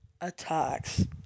attacks